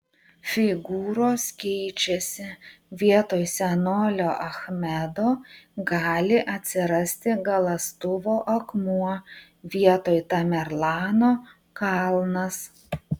figūros keičiasi vietoj senolio achmedo gali atsirasti galąstuvo akmuo vietoj tamerlano kalnas